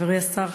חברי השר,